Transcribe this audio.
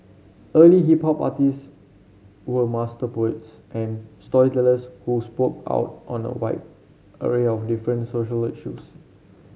early hip hop artists were master poets and storytellers who spoke out on a wide array of different social issues